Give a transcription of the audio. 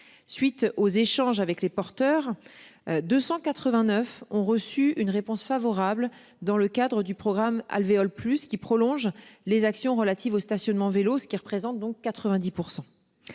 Suite aux échanges avec les porteurs. 289 ont reçu une réponse favorable dans le cadre du programme alvéoles plus qui prolonge les actions relatives au stationnement vélo ce qui représente donc 90%.